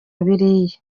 biriya